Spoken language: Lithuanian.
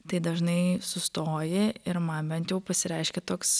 tai dažnai sustoji ir man bent jau pasireiškia toks